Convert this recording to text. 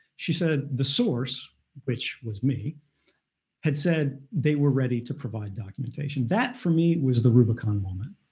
she said the source which was me had said they were ready to provide documentation. that for me was the rubicon moment.